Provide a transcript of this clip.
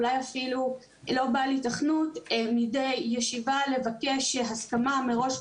אולי אפילו לא בעל היתכנות מידי ישיבה לבקש הסכמה מראש,